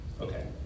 Okay